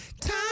Time